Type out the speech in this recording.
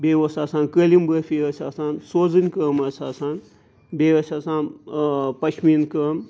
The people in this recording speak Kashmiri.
بیٚیہِ اوس آسان قٲلیٖن بٲفی ٲسۍ آسان سوزٕنۍ کٲم ٲس آسان بیٚیہِ ٲسۍ آسان پَشمیٖن کٲم